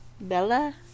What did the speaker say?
Bella